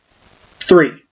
three